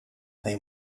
they